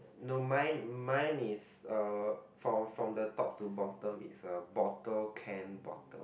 no mine mine is uh from from the top to bottom is uh bottle can bottle